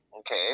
Okay